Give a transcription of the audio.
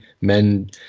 men